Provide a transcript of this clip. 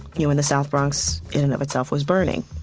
you know, when the south bronx in and of itself was burning.